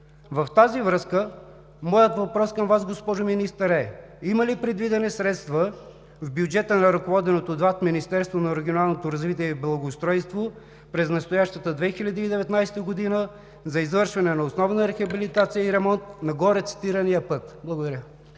В тази връзка моят въпрос към Вас, госпожо Министър, е: има ли предвидени средства в бюджета на ръководеното от Вас Министерство на регионалното развитие и благоустройството през настоящата 2019 г. за извършване на основна рехабилитация и ремонт на горецитирания път? Благодаря.